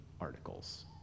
articles